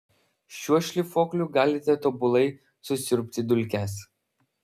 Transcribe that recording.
šiuo šlifuokliu galite tobulai susiurbti dulkes